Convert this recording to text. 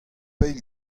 eil